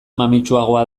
mamitsuagoa